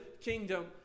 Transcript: kingdom